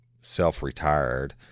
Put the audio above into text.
self-retired